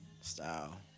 Style